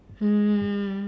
um